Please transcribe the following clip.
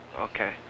Okay